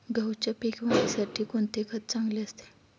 गहूच्या पीक वाढीसाठी कोणते खत चांगले असते?